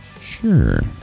Sure